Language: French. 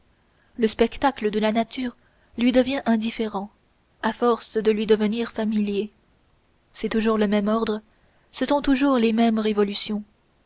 le spectacle de la nature lui devient indifférent à force de lui devenir familier c'est toujours le même ordre ce sont toujours les mêmes révolutions